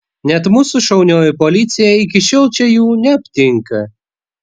net mūsų šaunioji policija iki šiol čia jų neaptinka